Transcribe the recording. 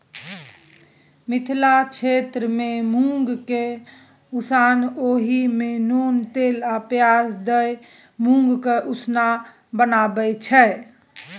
मिथिला क्षेत्रमे मुँगकेँ उसनि ओहि मे नोन तेल आ पियाज दए मुँगक उसना बनाबै छै